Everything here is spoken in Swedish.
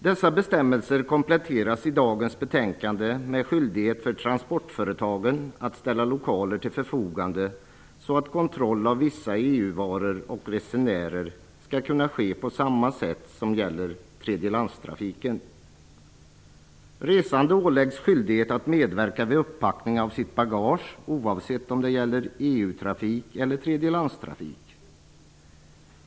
Dessa bestämmelser kompletteras i dagens betänkande med skyldigheten för transportföretagen att ställa lokaler till förfogande, så att kontroll av vissa Resande åläggs skyldighet att medverka vid uppackning av sitt bagage, oavsett om det gäller EU trafik eller tredjelandstrafik.